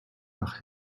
nach